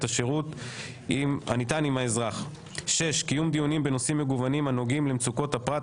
השירות הניתן לאזרח קיום דיונים בנושאים מגוונים הנוגעים למצוקות הפרט,